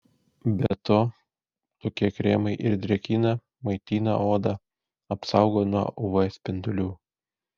be to tokie kremai ir drėkina maitina odą apsaugo nuo uv spindulių